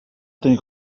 tenir